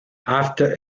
after